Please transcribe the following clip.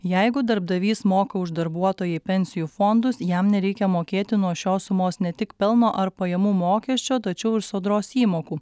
jeigu darbdavys moka už darbuotoją į pensijų fondus jam nereikia mokėti nuo šios sumos ne tik pelno ar pajamų mokesčio tačiau ir sodros įmokų